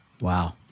Wow